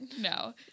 No